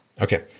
okay